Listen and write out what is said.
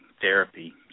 therapy